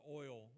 oil